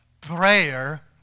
prayer